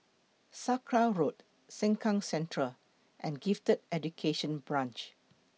Sakra Road Sengkang Central and Gifted Education Branch